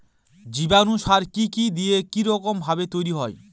জীবাণু সার কি কি দিয়ে কি রকম ভাবে তৈরি হয়?